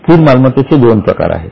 स्थिर मालमत्तेचे दोन प्रकार आहेत